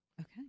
Okay